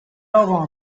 اقا